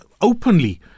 openly